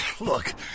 Look